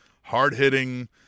hard-hitting